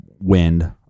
wind